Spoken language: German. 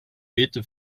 beete